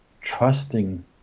trusting